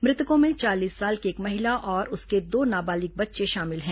मृतकों में चालीस साल की एक महिला और उसके दो नाबालिग बच्चे शामिल हैं